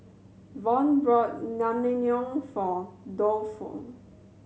Von bought Naengmyeon for Tofu